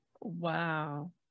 Wow